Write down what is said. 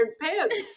pants